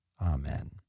Amen